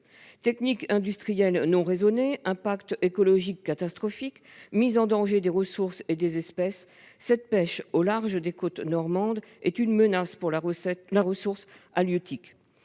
Techniques industrielles non raisonnées, impacts écologiques catastrophiques, mise en danger des ressources et des espèces : cette pêche au large des côtes normandes est une menace pour la ressource halieutique.